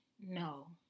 no